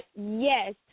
yes